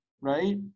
right